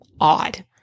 odd